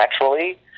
naturally